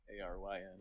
A-R-Y-N